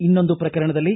ಇನ್ನೊಂದು ಪ್ರಕರಣದಲ್ಲಿ